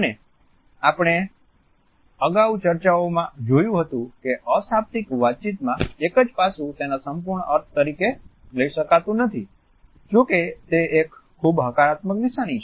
અને આપણે અગાઉ ચર્ચાઓમાં જોયું હતું કે અશાબ્દિક વાતચીતમાં એક જ પાસું તેના સંપૂર્ણ અર્થ તરીકે લઈ શકાતું નથી જો કે તે એક ખૂબ હકારાત્મક નિશાની છે